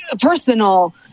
personal